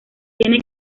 tiene